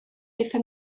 aethon